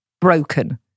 broken